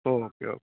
ഓഹ് okay